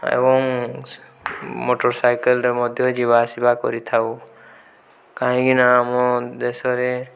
ଏବଂ ମୋଟର ସାଇକେଲରେ ମଧ୍ୟ ଯିବା ଆସିବା କରିଥାଉ କାହିଁକିନା ଆମ ଦେଶରେ